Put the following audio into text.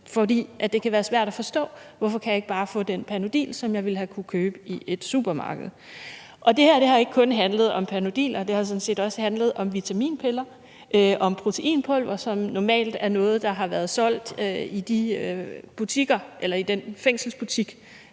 fordi det kan være svært at forstå, hvorfor man ikke bare kan få den Panodil, som man ville have kunnet købe i et supermarked. Det her har ikke kun handlet om Panodiler; det har sådan set også handlet om vitaminpiller og om proteinpulver, som er noget, der normalt har været solgt i den fængselsbutik,